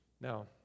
Now